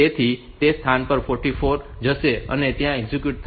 તેથી તે સ્થાન 44 પર જશે અને ત્યાંથી એક્ઝિક્યુટ થશે